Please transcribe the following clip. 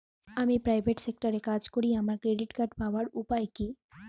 আমি প্রাইভেট সেক্টরে কাজ করি আমার ক্রেডিট কার্ড পাওয়ার উপায় কি?